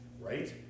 right